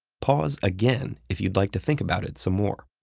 pause again if you'd like to think about it some more.